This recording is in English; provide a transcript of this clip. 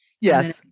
Yes